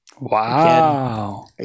Wow